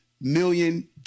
million